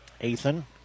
Ethan